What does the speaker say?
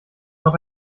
noch